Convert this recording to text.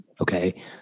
okay